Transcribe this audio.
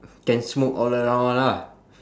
can smoke all around [one] lah